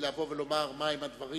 לבוא ולומר מהם הדברים